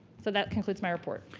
so that concludes my report.